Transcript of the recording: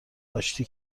آشتی